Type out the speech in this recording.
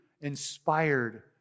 inspired